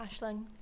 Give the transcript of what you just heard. Ashling